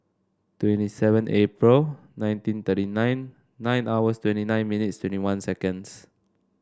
twenty seven April nineteen thirty nine nine hours twenty nine minutes twenty one seconds